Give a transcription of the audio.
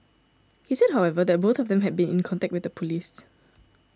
he said however that both of them had been in contact with police